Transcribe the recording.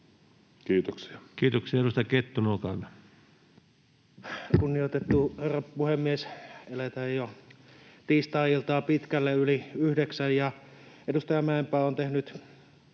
Kiitoksia. Kiitoksia. — Edustaja Kettunen, olkaa hyvä. Kunnioitettu herra puhemies! Eletään jo tiistai-iltaa pitkälle yli kello yhdeksän, ja edustaja Mäenpää on tehnyt